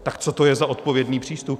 Tak co to je za odpovědný přístup?